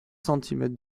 centimètres